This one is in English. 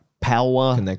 power